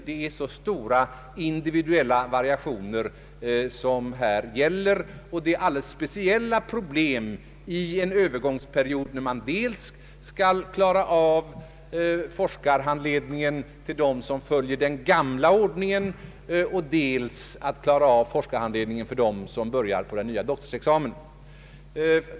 Det gäller här stora individuella variationer, och det uppstår alldeles speciella problem under en övergångsperiod, när man skall klara dels forskarhandledningen till dem som följer den gamla ordningen, dels forskarhandledningen för dem som börjar på den nya doktorsexamen.